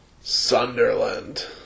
Sunderland